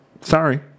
Sorry